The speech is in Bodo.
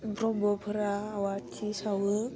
ब्रह्मफोरा आवाटि सावो